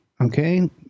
okay –